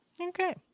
Okay